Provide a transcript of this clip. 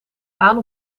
aan